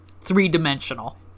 three-dimensional